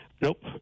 Nope